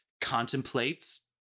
contemplates